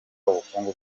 ubukungu